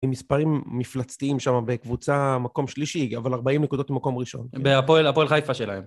עם מספרים מפלצתיים שם בקבוצה מקום שלישי, אבל 40 נקודות במקום ראשון. והפועל, הפועל חיפה שלהם.